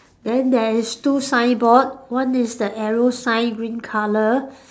then there is two signboard one is the arrow sign green colour